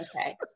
Okay